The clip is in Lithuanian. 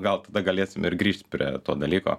gal tada galėsim ir grįžt prie to dalyko